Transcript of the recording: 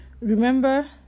remember